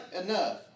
enough